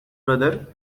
brother